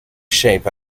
shape